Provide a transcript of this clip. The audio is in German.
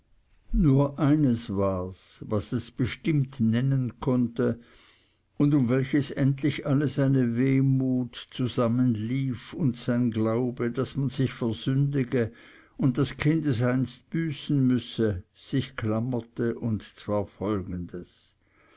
nur eines wars was es bestimmt nennen konnte und um welches endlich alle seine wehmut zusammenlief und sein glaube daß man sich versündige und das kind es einst büßen müsse sich klammerte und zwar folgendes